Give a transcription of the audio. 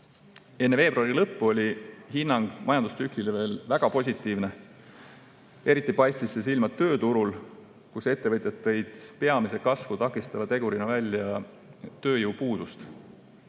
Enne veebruari lõppu oli hinnang majandustsüklile veel väga positiivne. Eriti paistis see silma tööturul, kus ettevõtjad tõid peamise kasvu takistava tegurina välja tööjõupuuduse.